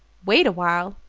wait awhile?